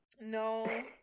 no